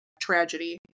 tragedy